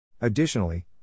Additionally